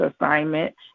assignment